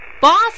Boss